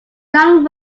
young